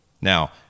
Now